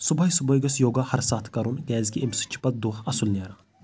صُبحٲے صُبحٲے گژھِ یوگا ہَرٕ ساتہٕ کَرُن کیٛازکہِ اَمہِ سۭتۍ چھِ پَتہٕ دۄہ اَصُل نیران